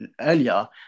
earlier